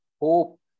hope